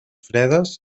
fredes